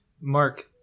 Mark